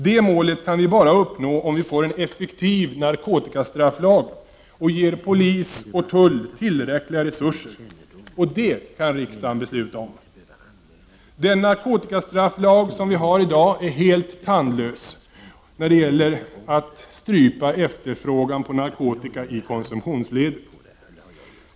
Det målet kan vi bara uppnå om vi får en effektiv narkotikastrafflag och ger polis och tull tillräckliga resurser. Det kan riksdagen besluta om. Den narkotikastrafflag som vi i dag har är helt tandlös när det gäller att strypa efterfrågan på narkotika i konsumtionsledet.